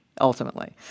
ultimately